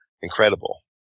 incredible